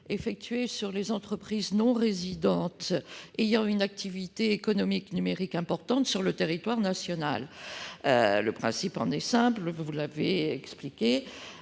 effectué sur les entreprises non-résidentes ayant une activité économique numérique importante sur le territoire national. Le principe est simple : si une entreprise